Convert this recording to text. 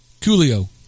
Coolio